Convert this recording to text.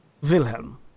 Wilhelm